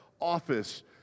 office